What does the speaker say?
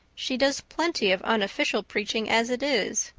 she does plenty of unofficial preaching as it is.